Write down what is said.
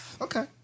Okay